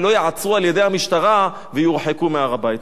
ולא ייעצרו על-ידי המשטרה ויורחקו מהר-הבית.